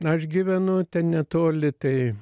aš gyvenu ten netoli tai